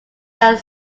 that